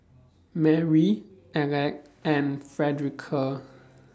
Marry Aleck and Frederica